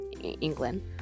england